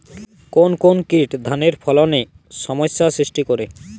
কোন কোন কীট ধানের ফলনে সমস্যা সৃষ্টি করে?